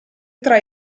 tra